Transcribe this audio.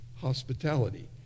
Hospitality